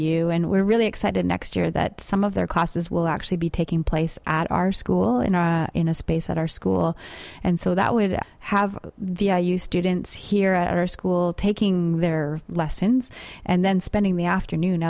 i u and we're really excited next year that some of their classes will actually be taking place at our school and in a space at our school and so that would have the i used didn't see here at our school taking their lessons and then spending the afternoon